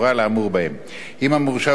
אם המורשע הוא בעל-דין במשפט אזרחי.